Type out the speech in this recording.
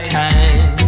time